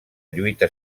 lluita